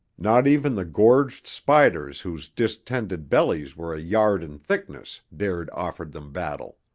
not even the gorged spiders whose distended bellies were a yard in thickness, dared offer them battle.